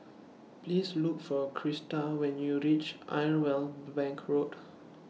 Please Look For Christa when YOU REACH Irwell Bank Road